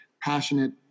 passionate